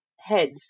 heads